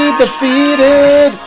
defeated